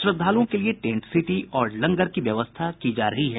श्रद्धालुओं के लिये टेंट सिटी और लंगर की व्यवस्था की जा रही है